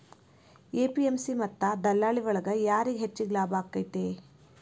APMC ಮತ್ತ ದಲ್ಲಾಳಿ ಒಳಗ ಯಾರಿಗ್ ಹೆಚ್ಚಿಗೆ ಲಾಭ ಆಕೆತ್ತಿ?